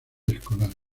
escolar